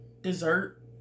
dessert